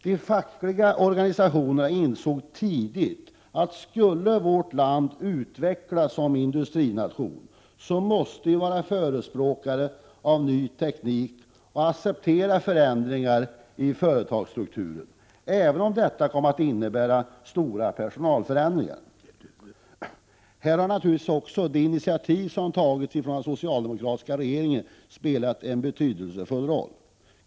De fackliga organisationerna insåg tidigt, att om vårt land skulle utvecklas som industrination, måste vi vara förespråkare för ny teknik och acceptera förändringar i företagsstrukturen, även om detta innebär stora personalförändringar. Här har naturligtvis också de initiativ som har tagits från socialdemokratiska regeringar spelat en betydelsefull roll.